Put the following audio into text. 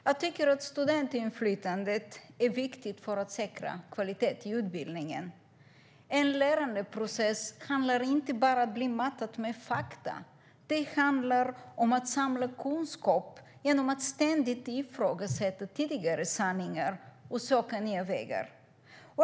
Jag tycker att studentinflytandet är viktigt för att säkra kvalitet i utbildningen. En lärandeprocess handlar inte bara om att bli matad med fakta, utan den handlar om att samla kunskap genom att ständigt ifrågasätta tidigare sanningar och söka nya vägar.